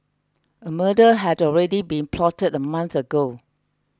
a murder had already been plotted a month ago